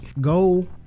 Go